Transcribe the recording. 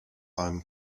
i’m